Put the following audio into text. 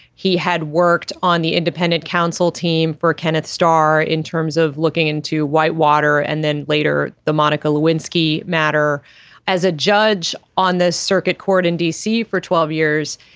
he had worked on the independent counsel team for kenneth starr in terms of looking into whitewater and then later the monica lewinsky matter as a judge on the circuit court in dc for twelve years.